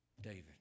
David